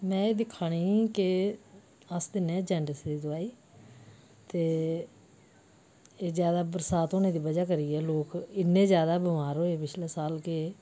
में एह् दिक्खां निं के अस दिन्नें आं जान्डस दी दवाई ते एह् जैदा बरसांत होनें दी वजह् करियै लोक इन्ने जैदा बमार होए पिछले साल कि